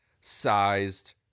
sized